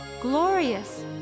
glorious